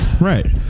Right